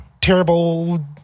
terrible